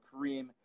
Kareem